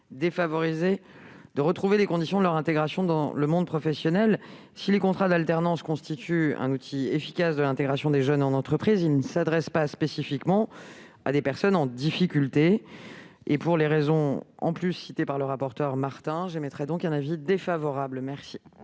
défavorisées de retrouver des conditions de leur intégration dans le monde professionnel. Si les contrats d'alternance constituent un outil efficace de l'intégration des jeunes en entreprise, ils ne s'adressent pas spécifiquement à des personnes en difficulté. Pour ces raisons, comme pour celles qui ont été mises en avant par M.